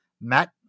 Matt